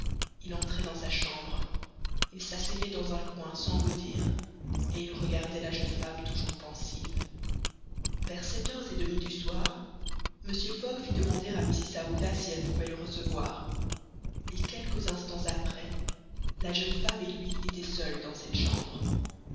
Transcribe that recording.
il entrait dans sa chambre il s'asseyait dans un coin sans mot dire et il regardait la jeune femme toujours pensive vers sept heures et demie du soir mr fogg fit demander à mrs aouda si elle pouvait le recevoir et quelques instants après la jeune femme et lui étaient seuls dans cette chambre